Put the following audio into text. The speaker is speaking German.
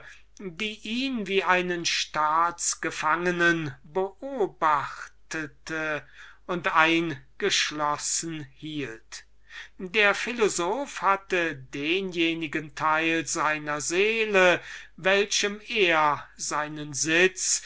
welche ihn wie einen staats gefangenen beobachtete und eingeschlossen hielt der philosoph hatte denjenigen teil seiner seele welchem er seinen sitz